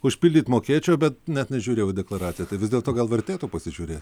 užpildyt mokėčiau bet net nežiūrėjau į deklaraciją tai vis dėlto gal vertėtų pasižiūrėt